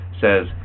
says